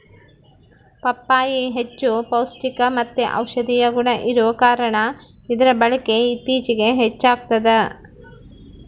ಪಪ್ಪಾಯಿ ಹೆಚ್ಚು ಪೌಷ್ಟಿಕಮತ್ತೆ ಔಷದಿಯ ಗುಣ ಇರುವ ಕಾರಣ ಇದರ ಬಳಕೆ ಇತ್ತೀಚಿಗೆ ಹೆಚ್ಚಾಗ್ತದ